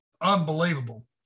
unbelievable